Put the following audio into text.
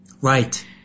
Right